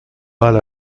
mal